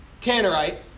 Tannerite